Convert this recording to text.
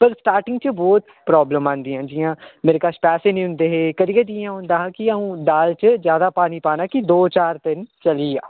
पर स्टार्टिंग च बहुत प्रॉब्लम औंदियां न जि'यां मेरे कश पैसे निं होंदे हे कदीं कदीं इ'यां होंदा हा कि दाल च जैदा पानी पाना कि दो चार दिन चली जा